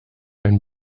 ein